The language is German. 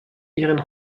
ihren